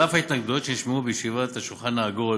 על אף ההתנגדויות שנשמעו בישיבת השולחן העגול